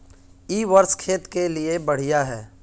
इ वर्षा खेत के लिए बढ़िया है?